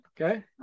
Okay